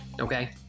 okay